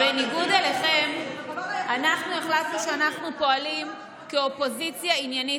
בניגוד אליכם אנחנו החלטנו שאנחנו פועלים כאופוזיציה עניינית.